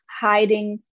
hiding